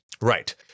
Right